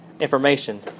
information